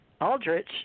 Aldrich